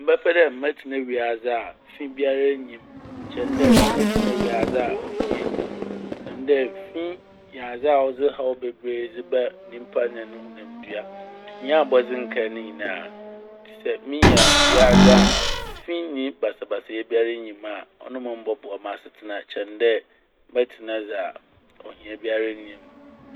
Mebɛpɛ dɛ mɛtsena wiadze a fi biara nnyim kyen dɛ mɛtsena wiadze a ohia nnyi m'. Ɔnam dɛ fi yɛ adze a ɔdze ɔhaw bebree dze brɛ nyimpa na ne honamdua nye abɔdze nkaa ne nyinaa. Sɛ minya wiadze a fi nye basabasa biara nnyi mu a ɔno bɔboa m'asetsena kyɛn dɛ mɛtsena dza ohia biara nnyi mu.